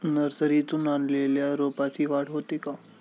नर्सरीतून आणलेल्या रोपाची वाढ होते का?